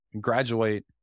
graduate